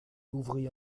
ouvrit